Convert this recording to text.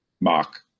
mark